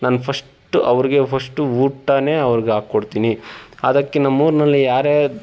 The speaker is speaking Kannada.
ನಾನು ಫಸ್ಟು ಅವ್ರಿಗೆ ಫಸ್ಟು ಊಟನೇ ಅವ್ರ್ಗೆ ಹಾಕ್ಕೊಡ್ತೀನಿ ಅದಕ್ಕೆ ನಮ್ಮ ಊರ್ನಲ್ಲಿ ಯಾರೇ